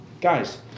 guys